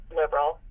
liberal